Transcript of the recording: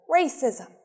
racism